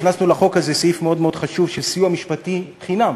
הכנסנו לחוק הזה סעיף מאוד מאוד חשוב של סיוע משפטי חינם.